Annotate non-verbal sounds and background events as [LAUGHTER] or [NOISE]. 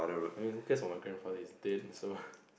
I mean who cares about my grandfather he's dead so [LAUGHS]